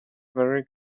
very